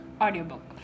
audiobook